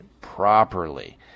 properly